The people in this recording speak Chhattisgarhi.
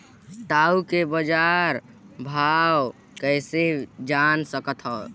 टाऊ के बजार भाव कइसे जान सकथव?